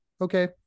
okay